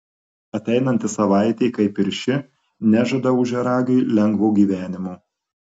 ateinanti savaitė kaip ir ši nežada ožiaragiui lengvo gyvenimo